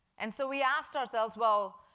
and so we asked ourselves, well,